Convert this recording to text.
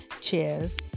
cheers